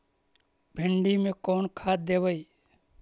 भिंडी में कोन खाद देबै?